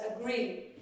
agree